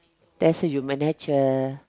that's human nature